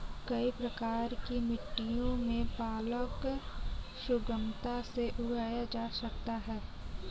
कई प्रकार की मिट्टियों में पालक सुगमता से उगाया जा सकता है